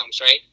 right